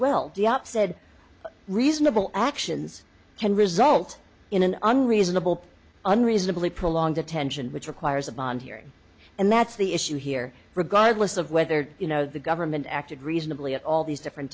well said reasonable actions can result in an unreasonable unreasonably prolonged detention which requires a bond hearing and that's the issue here regardless of whether you know the government acted reasonably at all these different